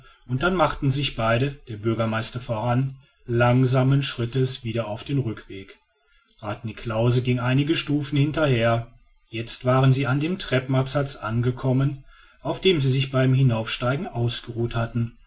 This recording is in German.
und dann machten sich beide der bürgermeister voran langsamen schrittes wieder auf den rückweg rath niklausse ging einige stufen hinterher jetzt waren sie an dem treppenabsatz angekommen auf dem sie sich beim hinaufsteigen ausgeruht hatten